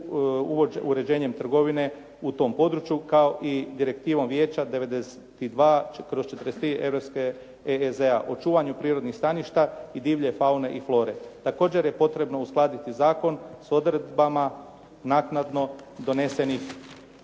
uređenjem trgovine u tom području kao i direktivom vijeća 92/43 europske EGZ-a, očuvanju prirodnih staništa i divlje faune i flore. Također je potrebno uskladiti zakon s odredbama naknadno donesenih